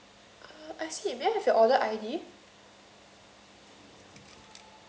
uh I see then have your order I_D